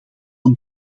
een